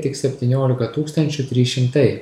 tik septyniolika tūkstančių trys šimtai